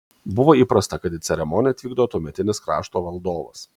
buvo įprasta kad į ceremoniją atvykdavo tuometinis krašto valdovas